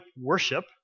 worship